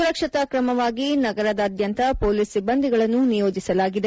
ಸುರಕ್ಷತಾ ಕ್ರಮವಾಗಿ ನಗರದಾದ್ಯಂತ ಪೋಲೀಸ್ ಸಿಬ್ಬಂದಿಗಳನ್ನು ನಿಯೋಜಿಸಲಾಗಿದೆ